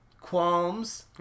qualms